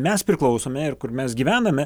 mes priklausome ir kur mes gyvename